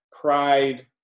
pride